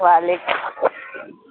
وعلیکم